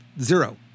Zero